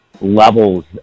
levels